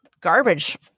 garbage